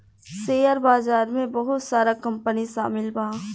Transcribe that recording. share बाजार में बहुत सारा कंपनी शामिल बा